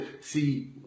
See